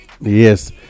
yes